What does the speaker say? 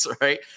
right